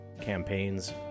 campaigns